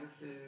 food